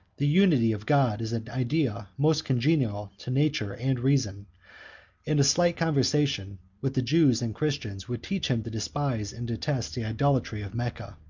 the unity of god is an idea most congenial to nature and reason and a slight conversation with the jews and christians would teach him to despise and detest the idolatry of mecca.